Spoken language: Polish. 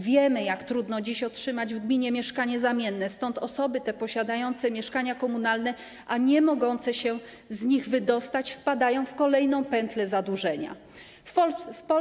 Wiemy, jak trudno dziś otrzymać w gminie mieszkanie zamienne, stąd osoby te posiadające mieszkania komunalne, a niemogące się z nich wydostać wpadają w kolejną pętlę zadłużenia.